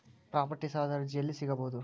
Property ಸಾಲದ ಅರ್ಜಿ ಎಲ್ಲಿ ಸಿಗಬಹುದು?